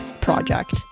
Project